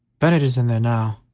bennett is in there now,